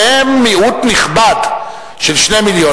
והם מיעוט נכבד של 2 מיליונים.